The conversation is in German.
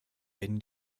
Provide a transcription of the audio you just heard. wenn